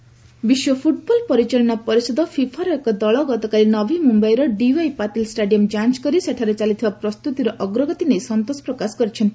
FIFA inspection ବିଶ୍ୱ football ପରିଚାଳନା ପରିଷଦ ଫିଫାର ଏକ ଦଳ ଗତକାଲି ନଭୀ ମୁମ୍ୟାଇର ଡିୱାଇ ପାତିଲ୍ ଷ୍ଟାଡିୟମ୍ ଯାଞ୍ଚ କରି ସେଠାରେ ଚାଲିଥିବା ପ୍ରସ୍ତୁତିର ଅଗ୍ରଗତି ନେଇ ସନ୍ତୋଷ ପ୍ରକାଶ କରିଛନ୍ତି